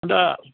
अनि त